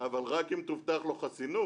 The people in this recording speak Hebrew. אבל רק אם תובטח לו חסינות.